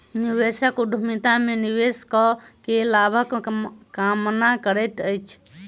निवेशक उद्यमिता में निवेश कअ के लाभक कामना करैत अछि